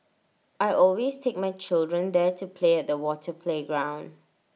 I always take my children there to play at the water playground